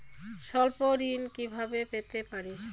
স্বল্প ঋণ কিভাবে পেতে পারি?